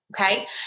okay